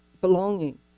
belonging